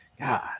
God